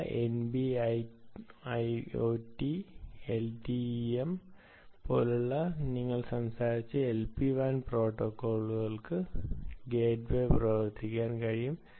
LORA NBIOT LTE M പോലുള്ള ഞങ്ങൾ സംസാരിച്ച LPWAN പ്രോട്ടോക്കോളുകൾ ഗേറ്റ്വേയ്ക്ക് പ്രവർത്തിപ്പിക്കാൻ കഴിയും